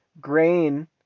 grain